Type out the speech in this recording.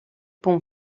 punt